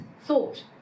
thought